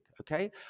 okay